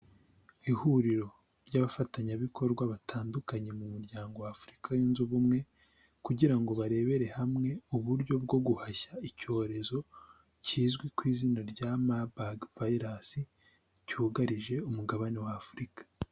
Ihuriro ry'abafatanyabikorwa batandukanye mu muryango wa afurika yunze ubumwe, kugira ngo barebere hamwe uburyo bwo guhashya icyorezo kizwi ku izina rya mabaga virusi cyugarije umugabane wa afurika.